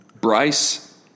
Bryce